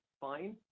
fine